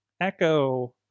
Echo